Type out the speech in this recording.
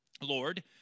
Lord